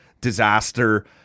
disaster